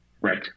right